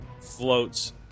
Floats